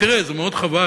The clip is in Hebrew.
זה מאוד חבל,